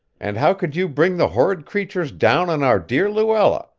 and how could you bring the horrid creatures down on our dear luella,